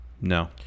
No